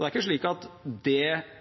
Det er ikke slik at